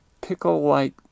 pickle-like